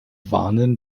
warnen